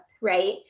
right